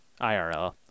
IRL